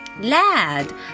Lad